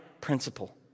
principle